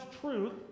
truth